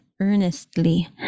earnestly